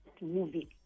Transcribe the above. Movie